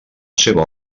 seva